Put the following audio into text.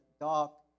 dark